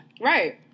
Right